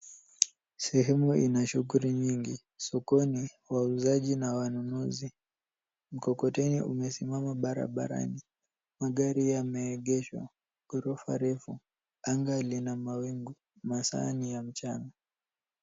Sehemu ina shughuli nyingi. Sokoni ,wauzaji na wanunuzi mkokoteni umesimama barabarani ,magari yameegeshwa ghorofa refu ,anga lina mawingu masaa ni ya mchana.